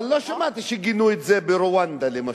אבל לא שמעתי שגינו את זה כשזה היה ברואנדה, למשל.